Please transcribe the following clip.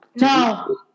No